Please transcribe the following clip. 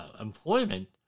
employment